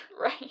Right